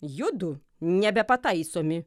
judu nebepataisomi